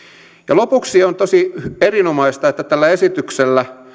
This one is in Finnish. lopuksi on tosi erinomaista että tällä esityksellä